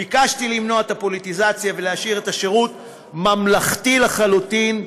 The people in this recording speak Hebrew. ביקשתי למנוע את הפוליטיזציה ולהשאיר את השירות ממלכתי לחלוטין,